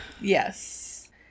yes